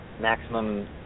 maximum